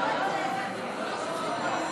לוועדת החוקה,